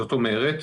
זאת אומרת,